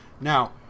now